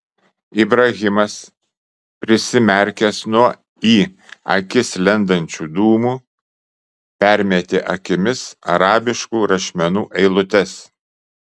ibrahimas prisimerkęs nuo į akis lendančių dūmų permetė akimis arabiškų rašmenų eilutes